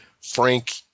Frank